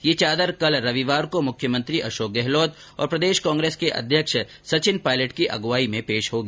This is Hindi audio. ये चादर कल रविवार को मुख्यमंत्री अशोक गहलोत और प्रदेश कांग्रेस के अध्यक्ष सचिन पायलट की अगुवाई में पेश होगी